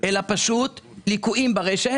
אלא פשוט ליקויים ברשת,